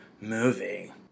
movie